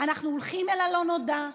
אנחנו הולכים אל הלא-נודע.